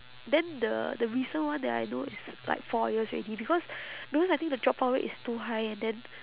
then the the recent one that I know is like four years already because because I think the dropout rate is too high and then